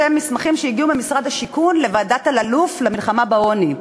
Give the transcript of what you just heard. אלה מסמכים שהגיעו ממשרד השיכון לוועדת אלאלוף למלחמה בעוני.